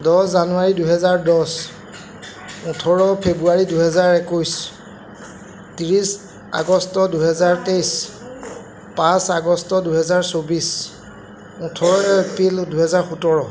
দহ জানুৱাৰী দুহেজাৰ দছ ওঠৰ ফেব্ৰুৱাৰী দুহেজাৰ একৈছ ত্ৰিছ আগষ্ট দুহেজাৰ তেইছ পাঁচ আগষ্ট দুহেজাৰ চৌবিছ ওঠৰ এপ্ৰিল দুহেজাৰ সোতৰ